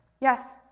yes